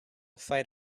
fight